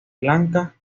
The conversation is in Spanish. lanka